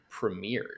premiered